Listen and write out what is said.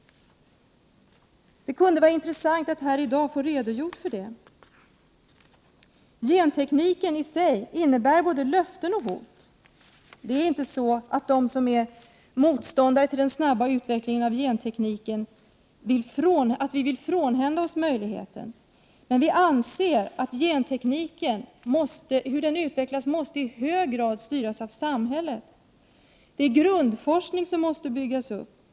Det kunde vara intressant att i dag få en redogörelse för detta. Gentekniken i sig innebär både löften och hot. Det är inte så att vi som är motståndare till den snabba utvecklingen av gentekniken vill frånhända oss möjligheterna. Men vi anser att utvecklingen av gentekniken i hög grad måste styras av samhället. Grundforskningen måste byggas upp.